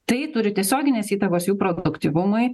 tai turi tiesioginės įtakos jų produktyvumui